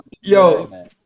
yo